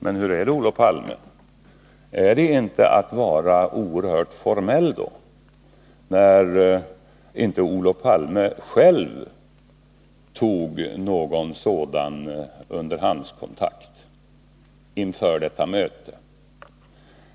Men hur är det, Olof Palme, är det inte att vara oerhört formell, när Olof Palme själv inte tog någon underhandskontakt inför detta möte?